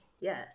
Yes